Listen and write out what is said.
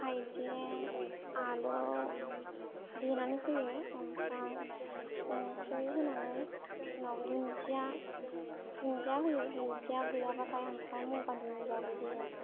हायजें आलौ देनानै होयो ओमफ्राय संख्रि होनानै उनाव दुन्दिया दुन्दिया होयो दुन्दिया गैयाबाथाय ओमफ्राय मगा दुन्दियाबो होयो